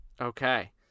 Okay